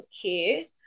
okay